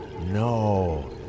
No